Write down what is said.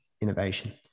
Innovation